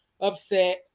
upset